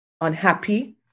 unhappy